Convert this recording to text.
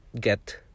get